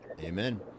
Amen